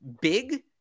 big